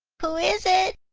who is it?